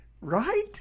Right